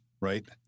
Right